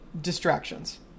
distractions